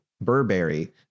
Burberry